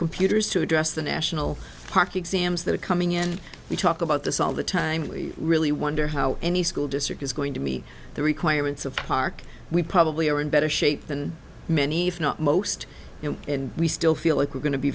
computers to address the national park exams that are coming in we talk about this all the time we really wonder how any school district is going to meet the requirements of the park we probably are in better shape than many if not most and we still feel like we're going to be